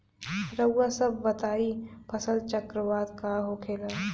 रउआ सभ बताई फसल चक्रवात का होखेला?